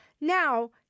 Now